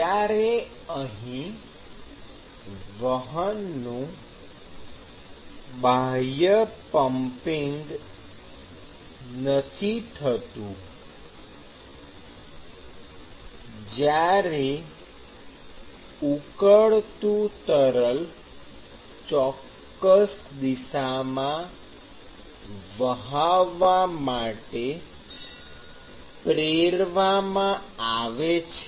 જ્યારે અહીં વહનનું બાહ્ય પમ્પિંગ નથી થતું જ્યારે ઊકળતું તરલ ચોક્કસ દિશામાં વહાવા માટે પ્રેરવામાં આવે છે